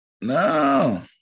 No